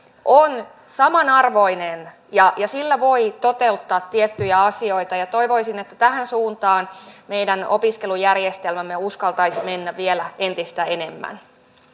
on saman arvoinen ja sillä voi toteuttaa tiettyjä asioita ja toivoisin että tähän suuntaan meidän opiskelujärjestelmämme uskaltaisi mennä vielä entistä enemmän